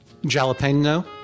Jalapeno